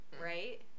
Right